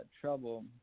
trouble